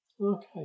Okay